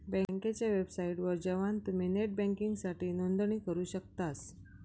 बँकेच्या वेबसाइटवर जवान तुम्ही नेट बँकिंगसाठी नोंदणी करू शकतास